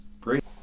great